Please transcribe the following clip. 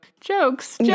jokes